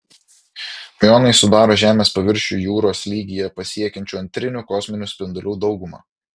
miuonai sudaro žemės paviršių jūros lygyje pasiekiančių antrinių kosminių spindulių daugumą